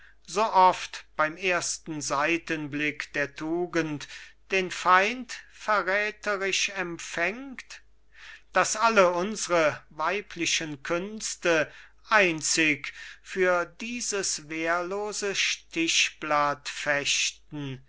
so oft beim ersten seitenblick der tugend den feind verräterisch empfängt daß alle unsre weiblichen künste einzig für dieses wehrlose stichblatt fechten